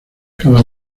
cada